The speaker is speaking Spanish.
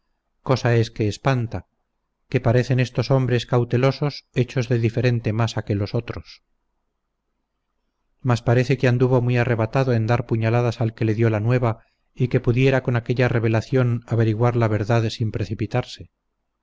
cosa es que espanta que parecen estos hombres cautelosos hechos de diferente masa que los otros mas parece que anduvo muy arrebatado en dar puñaladas al que le dio la nueva y que pudiera con aquella revelación averiguar la verdad sin precipitarse